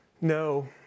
No